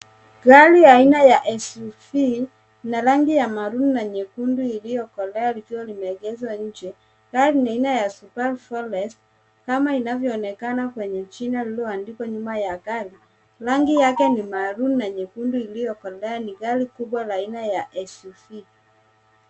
Gari aina ya SUV na rangi ya maroon na nyekundu iliyokolea likiwa limeegeshwa nje. Gari ni aina ya Subaru Forest kama inavyoonekana katika jina iliyoandikwa nyuma ya gari. Rangi yake ni maroon na nyekundu iliyokoea. Ni gari kubwa la aina la SUV.